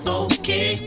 okay